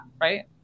right